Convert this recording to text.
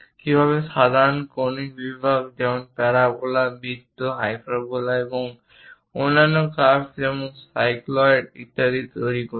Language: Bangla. কীভাবে সাধারণ কনিক বিভাগ যেমন প্যারাবোলা বৃত্ত হাইপারবোলা এবং অন্যান্য কার্ভস যেমন সাইক্লয়েড ইত্যাদি তৈরি করতে হয়